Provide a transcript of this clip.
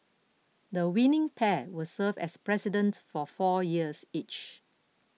the winning pair will serve as President for four years each